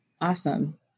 awesome